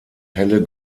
helle